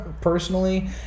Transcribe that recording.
personally